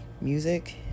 Music